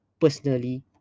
personally